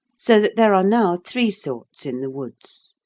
so that there are now three sorts in the woods.